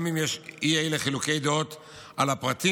גם אם יש אי אילו חילוקי דעות על הפרטים,